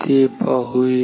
ते पाहूया